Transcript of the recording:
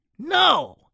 No